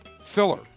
filler